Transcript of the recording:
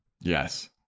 yes